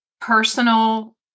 personal